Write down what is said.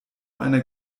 einer